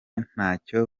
ntacyo